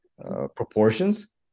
proportions